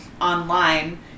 online